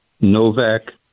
Novak